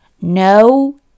no